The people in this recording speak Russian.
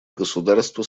государства